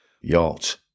yacht